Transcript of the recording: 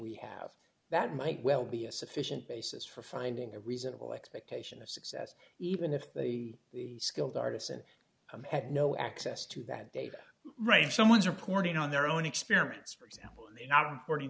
we have that might well be a sufficient basis for finding a reasonable expectation of success even if they the skilled artisan had no access to that data right someone's reporting on their own experiments for example